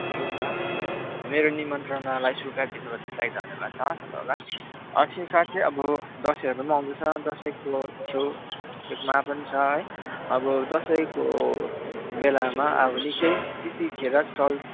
हुन्छ मेरो निमन्त्रणालाई स्वीकारिदिनु भयो त्यसको लागि धन्यवाद छ तपाईँहरूलाई चाहिँ अब दसैँहरू पनि आउँदैछ दसैँको छेउ छेकमा पनि छ है अब दसैँको बेलामा अब निकै त्यतिखेर चल्